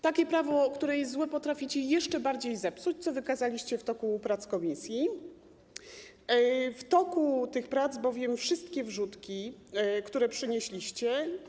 Takie prawo, które jest złe, potraficie jeszcze bardziej zepsuć, co wykazaliście w toku prac komisji, bowiem wszystkie wrzutki, które przynieśliście.